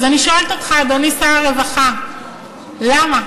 אז אני שואלת אותך, אדוני שר הרווחה: למה?